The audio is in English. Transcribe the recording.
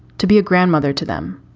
to be a grandmother to them.